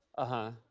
uh-huh.